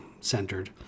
centered